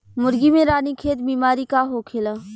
मुर्गी में रानीखेत बिमारी का होखेला?